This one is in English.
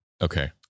Okay